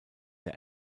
der